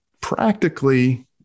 practically